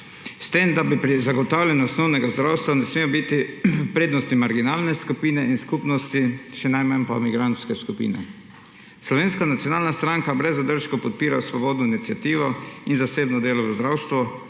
s tem da pri zagotavljanju osnovnega zdravstva ne smejo biti v prednosti marginalne skupine in skupnosti, še najmanj pa migrantske skupine. Slovenska nacionalna stranka brez zadržkov podpira svobodno iniciativo in zasebno delo v zdravstvu,